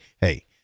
hey